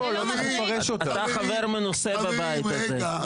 אתה חבר מנוסה בבית הזה --- אבל זה לא מטריד --- חברים,